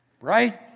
Right